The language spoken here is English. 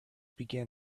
began